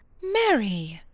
mary!